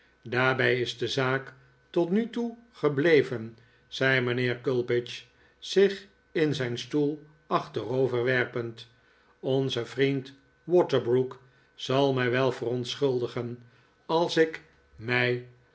daarbij is de zaak tot nu toe gebleven zei mijnheer gulpidge zich in zijn stoel achteroverwerpend onze vriend waterbrook zal mij wel verontschuldigen als ik mii